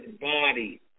body